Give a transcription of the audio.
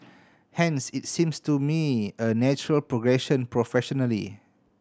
hence it seems to me a natural progression professionally